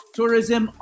Tourism